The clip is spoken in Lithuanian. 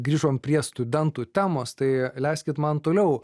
grįžom prie studentų temos tai leiskit man toliau